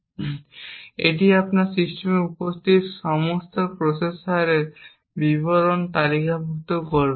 এবং এটি আপনার সিস্টেমে উপস্থিত সমস্ত প্রসেসরের বিবরণ তালিকাভুক্ত করবে